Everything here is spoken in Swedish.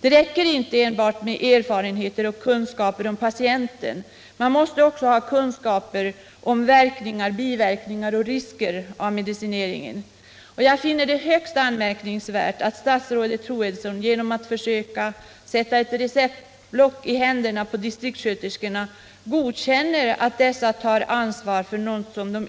Det räcker inte med enbart erfarenheterna och kunskaperna om patienter. Man måste också ha kunskaper om verkningar, biverkningar och risker vid medicineringen. Jag finner det högst anmärkningsvärt att statsrådet Troedsson genom att försöka sätta ett receptblock i händerna på distriktssköterskorna godkänner att dessa tar ansvar för något som